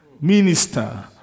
minister